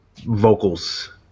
vocals